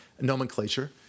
nomenclature